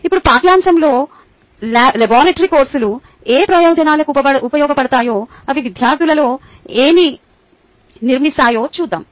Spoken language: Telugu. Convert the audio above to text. ఇప్పుడు పాఠ్యాంశాల్లో లాబరేటరీ కోర్సులు ఏ ప్రయోజనాలకు ఉపయోగపడతాయో అవి విద్యార్థులలో ఏమి నిర్మిస్తాయో చూద్దాం